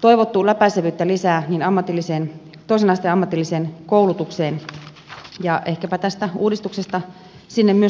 toivottu saada läpäisevyyttä lisää toisen asteen ammatilliseen koulutukseen ja ehkäpä tästä uudistuksesta sinne myös potkua tulee